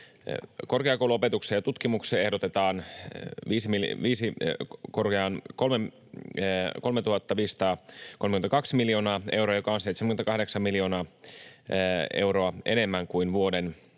Korkeakouluopetukseen ja tutkimukseen ehdotetaan 3 532 miljoonaa euroa, joka on 78 miljoonaa euroa enemmän kuin vuoden 2022